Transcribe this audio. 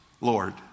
Lord